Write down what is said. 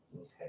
Okay